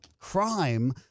crime